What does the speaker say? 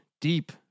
deep